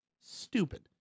stupid